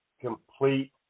complete